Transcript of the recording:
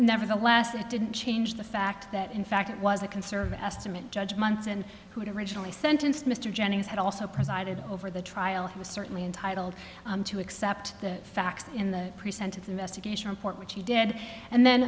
nevertheless it didn't change the fact that in fact it was a conservative estimate judge months and who did originally sentenced mr jennings had also presided over the trial he was certainly entitled to accept the facts in the pre sentence investigation report which he did and then